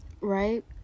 Right